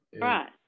right